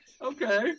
okay